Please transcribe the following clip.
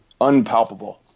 unpalpable